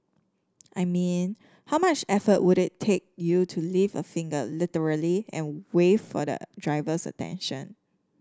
I mean how much effort would it take you to lift a finger literally and wave for the driver's attention